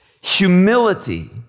Humility